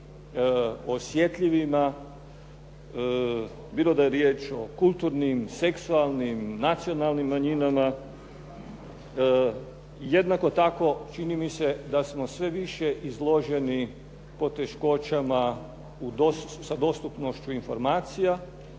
osjetljivima, bilo da je riječ o kulturnim, seksualnim, nacionalnim manjinama. Jednako tako čini mi se da smo sve više izloženi poteškoćama sa dostupnošću informacija,